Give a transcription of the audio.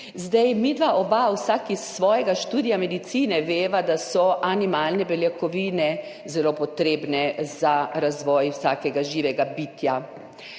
redu. Midva vsak iz svojega študija medicine veva, da so animalne beljakovine zelo potrebne za razvoj vsakega živega bitja.